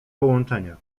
połączenie